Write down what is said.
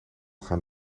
gaan